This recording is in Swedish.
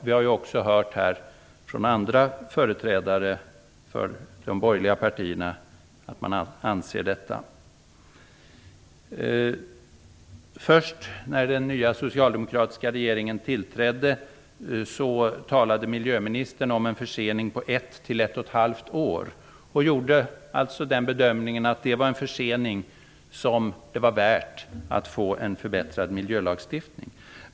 Vi har ju hört här från andra företrädare för de borgerliga partierna att man har den åsikten. När den nya socialdemokratiska regeringen tillträdde talade miljöministern först om en försening på ett till ett och ett halvt år och gjorde alltså bedömningen att det var en försening som det var värt att ha för att få en förbättrad miljölagstiftning.